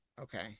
Okay